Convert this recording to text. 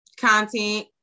Content